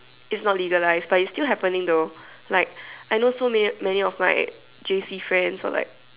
it's not legalized but it's still happening though like I know so many of my J_C friends or like